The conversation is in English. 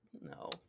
No